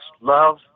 love